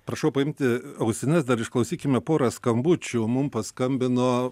prašau paimti ausines dar išklausykime porą skambučių mum paskambino